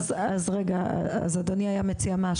אז אדוני היה מציע מה?